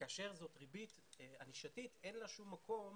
כאשר זאת ריבית ענישתית, אין לה שום מקום